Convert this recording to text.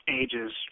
ages